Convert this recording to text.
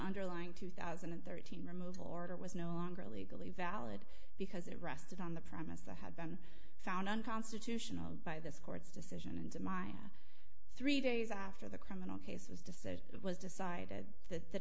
underlying two thousand and thirteen removal order was no longer legally valid because it rested on the premise that had been found unconstitutional by this court's decision and mine three days after the criminal case was decided it was decided that th